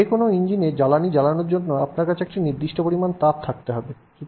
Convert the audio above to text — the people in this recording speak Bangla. যে কোনও ইঞ্জিনে জ্বালানী জ্বালানোর জন্য আপনার কাছে একটি নির্দিষ্ট পরিমাণ তাপ থাকতে হবে